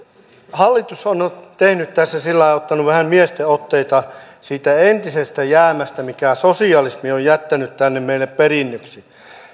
hallitus on on tehnyt tässä se on ottanut vähän miesten otteita siitä entisestä jäämästä minkä sosialismi on jättänyt tänne meille perinnöksi